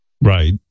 Right